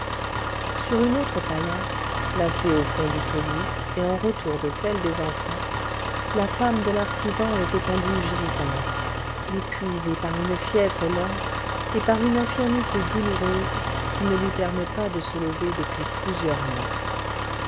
sur une autre paillasse placée au fond du taudis et en retour de celle des enfants la femme de l'artisan est étendue gisante épuisée par une fièvre lente et par une infirmité douloureuse qui ne lui permet pas de se lever depuis plusieurs mois